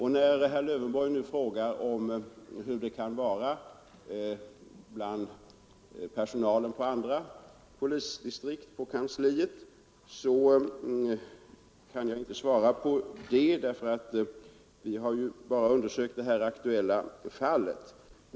ha haft samma rutiner. Jag kan inte svara på den frågan, eftersom vi bara har undersökt det aktuella fallet.